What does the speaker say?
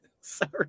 Sorry